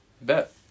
Bet